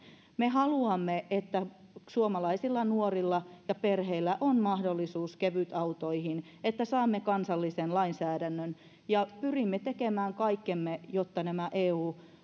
me haluamme että suomalaisilla nuorilla ja perheillä on mahdollisuus kevytautoihin että saamme kansallisen lainsäädännön ja pyrimme tekemään kaikkemme jotta nämä